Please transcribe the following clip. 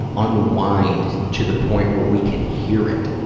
unwind to the point where we can hear it.